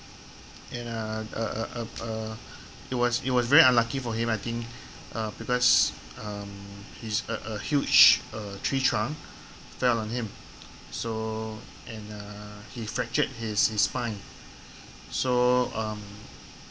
ya uh uh uh uh it was it was really very unlucky for him I think uh because um he's uh a huge a tree trunk fell on him so and uh he fractured his his spine so um